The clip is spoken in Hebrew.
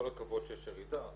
כל הכבוד שיש ירידה.